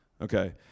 Okay